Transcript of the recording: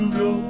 go